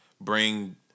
bring